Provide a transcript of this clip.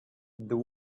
the